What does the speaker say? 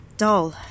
dull